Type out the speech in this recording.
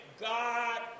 God